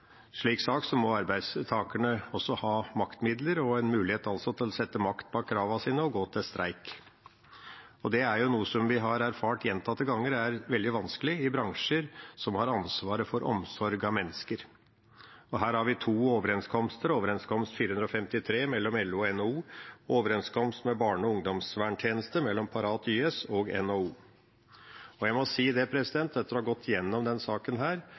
slik sak må arbeidstakerne også ha maktmidler og en mulighet til å sette makt bak kravene sine og gå til streik. Det er noe som vi har erfart gjentatte ganger er veldig vanskelig i bransjer som har ansvaret for omsorg av mennesker. Her har vi to overenskomster. Det er overenskomst 453, mellom LO og NHO, og overenskomst for barne- og ungdomsverntjenesten, mellom Parat/YS og NHO. Etter å ha gått gjennom denne saken må jeg si at regjeringen hadde et meget svakt grunnlag for å